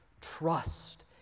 trust